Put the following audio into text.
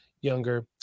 younger